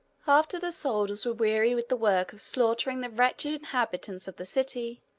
after the soldiers were weary with the work of slaughtering the wretched inhabitants of the city,